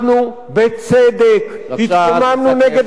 חבר הכנסת